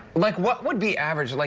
like what would be average? like